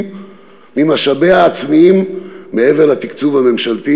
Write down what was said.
ממשאביה העצמיים מעבר לתקצוב הממשלתי